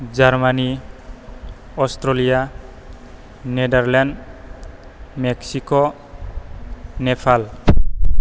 Germany Australia Netherland Mexico Nepal